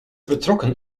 betrokken